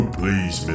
please